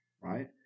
right